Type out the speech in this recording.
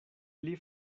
pli